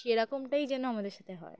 সেরকমটাই যেন আমাদের সাথে হয়